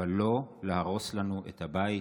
אבל לא להרוס לנו את הבית,